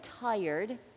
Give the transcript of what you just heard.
tired